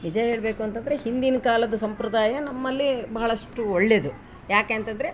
ನಿಜ ಹೇಳಬೇಕು ಅಂತಂದರೆ ಹಿಂದಿನ ಕಾಲದ ಸಂಪ್ರದಾಯ ನಮ್ಮಲ್ಲಿ ಬಹಳಷ್ಟು ಒಳ್ಳೇದು ಯಾಕೆ ಅಂತಂದರೆ